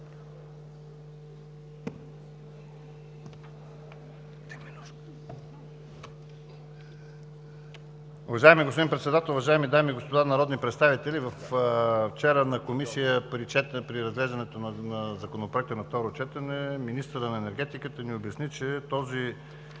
Уважаеми господин Председател, уважаеми дами и господа народни представители! Вчера в Комисията при разглеждането на Законопроекта на второ четене министърът на енергетиката ни обясни, че този